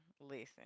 listen